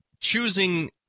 choosing